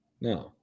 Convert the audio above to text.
No